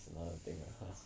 another thing lah